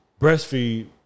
breastfeed